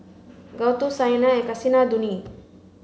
Gouthu Saina and Kasinadhuni